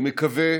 אני מקווה